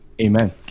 amen